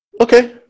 Okay